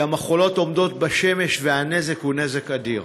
כי המכולות עומדות בשמש, והנזק הוא נזק אדיר.